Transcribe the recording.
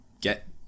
get